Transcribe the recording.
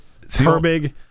Herbig